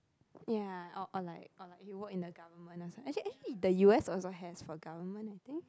ya or or like or like you work in the government actually eh the u_s also has government I think